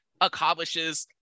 accomplishes